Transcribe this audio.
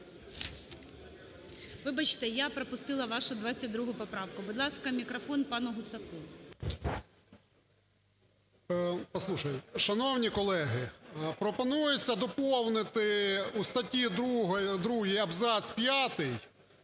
Вибачте, я пропустила вашу 22 поправку. Будь ласка, мікрофон пану Гусаку. 16:22:04 ГУСАК В.Г. Шановні колеги, пропонується доповнити у статті 2 абзац 5